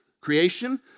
creation